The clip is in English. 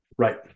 Right